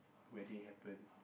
wedding happen